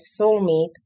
soulmate